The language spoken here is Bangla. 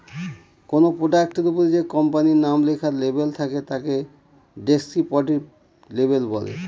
কোনো প্রোডাক্টের ওপরে যে কোম্পানির নাম লেখার লেবেল থাকে তাকে ডেস্ক্রিপটিভ লেবেল বলে